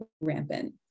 rampant